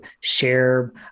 share